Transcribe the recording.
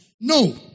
No